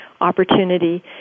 opportunity